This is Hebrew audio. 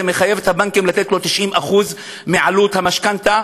זה מחייב את הבנקים לתת לו 90% מעלות המשכנתה,